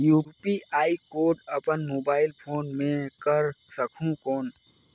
UPI code अपन mobile phone मे कर सकहुं कौन?